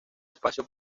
espacio